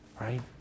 right